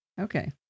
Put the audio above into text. Okay